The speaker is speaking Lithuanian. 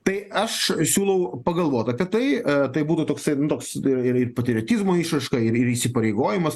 tai aš siūlau pagalvot apie tai tai būtų toksai nu toks ir ir patriotizmo išraiška ir ir įsipareigojimas